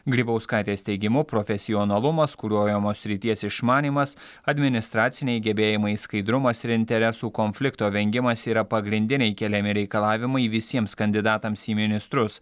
grybauskaitės teigimu profesionalumas kuruojamos srities išmanymas administraciniai gebėjimai skaidrumas ir interesų konflikto vengimas yra pagrindiniai keliami reikalavimai visiems kandidatams į ministrus